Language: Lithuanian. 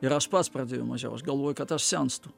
ir aš pats pradėjau mažiau aš galvojau kad aš senstu